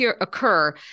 occur